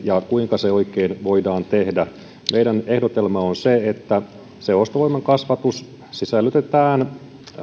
ja sitä kuinka se oikein voidaan tehdä meidän ehdotelmamme on se että ostovoiman kasvatus sisällytetään